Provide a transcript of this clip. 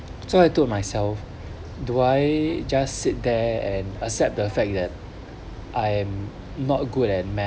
so I told myself do I just sit there and accept the fact that I am not good at math